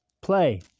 Play